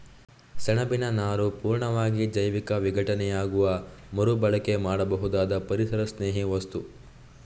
ಸೆಣಬಿನ ನಾರು ಪೂರ್ಣವಾಗಿ ಜೈವಿಕ ವಿಘಟನೆಯಾಗುವ ಮರು ಬಳಕೆ ಮಾಡಬಹುದಾದ ಪರಿಸರಸ್ನೇಹಿ ವಸ್ತು